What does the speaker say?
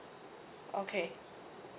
okay